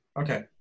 okay